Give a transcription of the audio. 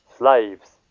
Slaves